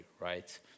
right